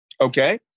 okay